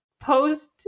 post